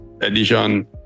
edition